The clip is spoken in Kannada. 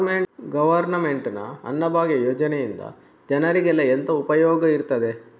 ಗವರ್ನಮೆಂಟ್ ನ ಅನ್ನಭಾಗ್ಯ ಯೋಜನೆಯಿಂದ ಜನರಿಗೆಲ್ಲ ಎಂತ ಉಪಯೋಗ ಇರ್ತದೆ?